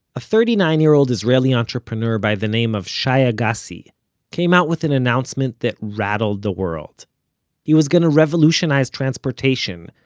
a thirty-nine-year-old israeli entrepreneur by the name of shai agassi came out with an announcement that rattled the world he was going to revolutionize transportation,